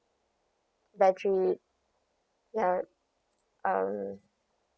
battery life err